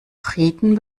frieden